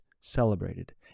celebrated